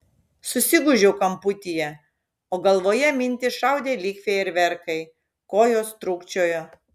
susigūžiau kamputyje o galvoje mintys šaudė lyg fejerverkai kojos trūkčiojo